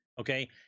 okay